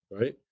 Right